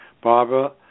Barbara